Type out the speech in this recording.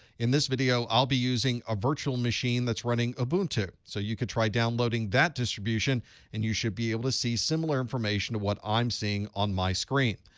in this video, i'll be using a virtual machine that's running ubuntu. so you could try downloading that distribution and you should be able to see similar information to what i'm seeing on my screen.